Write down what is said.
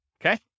okay